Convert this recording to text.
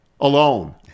alone